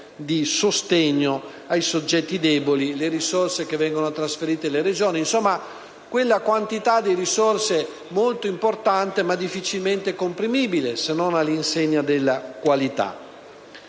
di sostegno ai soggetti deboli, le risorse che vengono trasferite alle Regioni, insomma quella quantità di risorse molto importante, ma difficilmente comprimibile senza intaccare la qualità